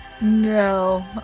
No